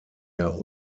der